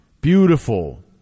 beautiful